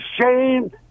shame